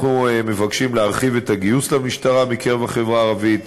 אנחנו מבקשים להרחיב את הגיוס למשטרה מקרב החברה הערבית